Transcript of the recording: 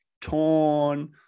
torn